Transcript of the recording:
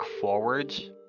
forwards